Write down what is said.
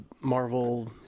marvel